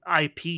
IP